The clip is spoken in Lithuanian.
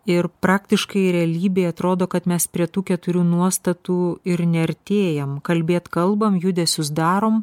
ir praktiškai realybėj atrodo kad mes prie tų keturių nuostatų ir neartėjam kalbėt kalbam judesius darom